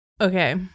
Okay